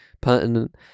pertinent